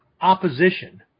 opposition